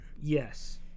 Yes